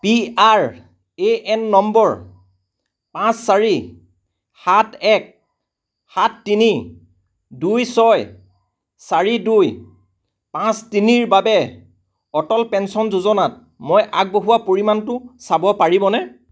P R A N number পাঁচ চাৰি সাত এক সাত তিনি দুই ছয় চাৰি দুই পাঁচ তিনিৰ বাবে অটল পেঞ্চন যোজনাত মই আগবঢ়োৱা পৰিমাণটো চাব পাৰিবনে